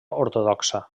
ortodoxa